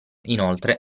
inoltre